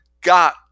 got